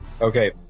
Okay